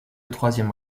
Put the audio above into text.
troisième